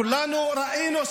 כולנו ראינו,